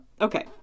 Okay